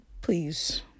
please